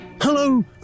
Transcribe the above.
Hello